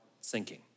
sinking